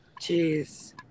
Jeez